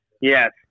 Yes